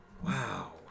Wow